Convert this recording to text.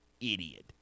idiot